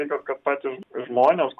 tikiuosi kad patys žm žmonės